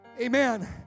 Amen